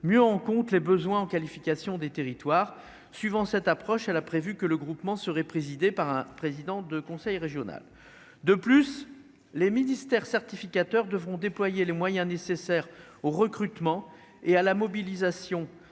mieux en compte les besoins en qualification des territoires suivant cette approche, elle a prévu que le groupement serait présidé par un président de conseil régional, de plus, les ministères certificateurs devront déployer les moyens nécessaires au recrutement et à la mobilisation